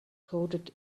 coded